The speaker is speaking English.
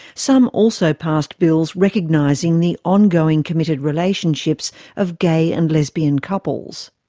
some also passed bills recognising the ongoing committed relationships of gay and lesbian couples.